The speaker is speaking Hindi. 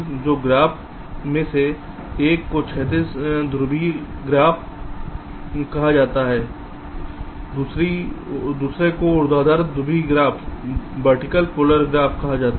तो ग्राफ में से एक को क्षैतिज ध्रुवीय ग्राफ कहा जाता है दूसरे को ऊर्ध्वाधर ध्रुवीय ग्राफ कहा जाता है